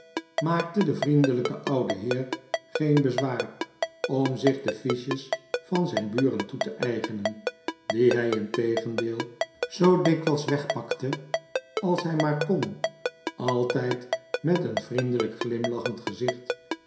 openlijk genoemd delijke oude heer geen bezwaar om zich de fiches van zijn buren toe te eigenen die hij integendeel zoo dikwijls wegpakte als hij maar kon altijd met een vriendelijk glimlachend gezicht